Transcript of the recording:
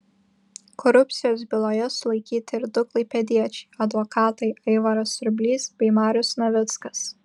korupcijos byloje sulaikyti ir du klaipėdiečiai advokatai aivaras surblys bei marius navickas